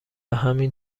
همین